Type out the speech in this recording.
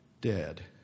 dead